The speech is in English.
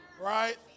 Right